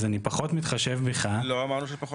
אז אני פחות מתחשב בך --- לא אמרנו שפחות